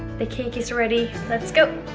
the cake is ready let's go